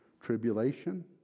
Tribulation